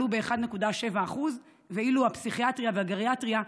עלו ב-1.7% ואילו בפסיכיאטריה ובגריאטריה,